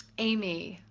amy,